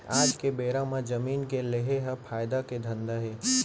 आज के बेरा म जमीन के लेहे ह फायदा के धंधा हे